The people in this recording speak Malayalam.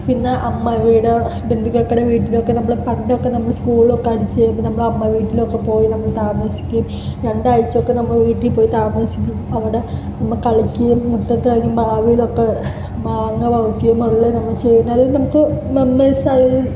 പിന്നെ അമ്മ വീട് ബന്ധുക്കടെ വീട്ടിലൊക്കെ നമ്മൾ പണ്ടൊക്കെ നമ്മൾ സ്കൂളൊക്കെ അടച്ച് കഴിയുമ്പോൾ നമ്മൾ അമ്മ വീട്ടിലൊക്കെ പോയി നമ്മൾ താമസിക്കും രണ്ട് ആഴ്ചയൊക്കെ നമ്മൾ വീട്ടിൽ പോയി താമസിക്കും അവിടെ നുമ്മ കളിക്കുകയും മുറ്റത്ത് മാവിലൊക്കെ മാങ്ങ നോക്കിയും അതുപോലെ നമ്മൾ ചേർന്നാലും നമുക്ക്